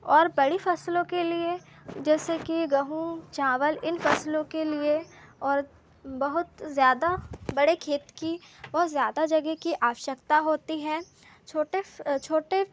और बड़ी फसलों के लिए जैसे कि गेहूँ चावल इन फसलों के लिए और बहुत ज़्यादा बड़े खेत की बहुत ज़्यादा जगह की आवश्यकता होती है छोटे छोटे